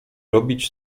robić